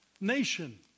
nation